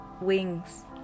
wings